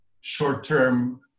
short-term